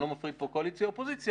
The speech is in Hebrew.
אני לא מפריד פה בין קואליציה לאופוזיציה